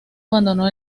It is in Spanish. abandonó